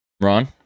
Ron